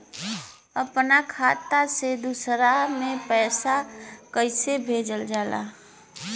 अपना खाता से दूसरा में पैसा कईसे भेजल जाला?